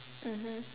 mmhmm